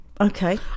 okay